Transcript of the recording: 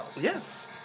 Yes